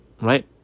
right